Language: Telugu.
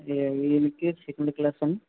ఇంకేస్ సెకండ్ క్లాస్ అండి